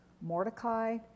Mordecai